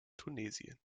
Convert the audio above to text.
tunesien